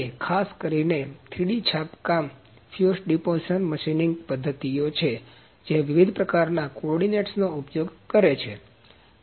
તે ખાસ કરીને 3D છાપકામ ફ્યુઝડ ડિપોઝિશન મશીનિંગ પદ્ધતિઓ છે જે વિવિધ પ્રકારના કોઓર્ડિનેટ્સ નો ઉપયોગ કરે છે